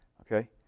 Okay